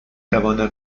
توانم